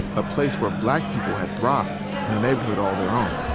a place where black people had thrived in a neighborhood all their own